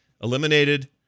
Eliminated